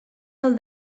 del